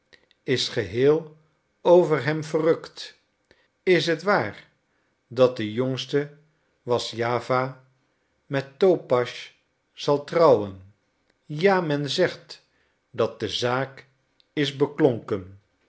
is geheel over hem verrukt is het waar dat de jongste wlaszjawa met topasch zal trouwen ja men zegt dat de zaak is beklonken